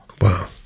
Wow